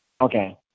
okay